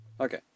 Okay